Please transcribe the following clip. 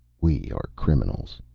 we are criminals.